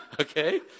okay